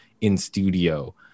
in-studio